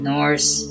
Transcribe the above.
Norse